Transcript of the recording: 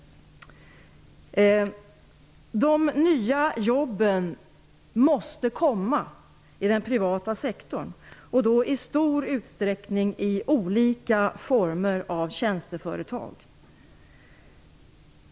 De nya jobben måste komma i den privata sektorn, och då i stor utsträckning i olika former av tjänsteföretag.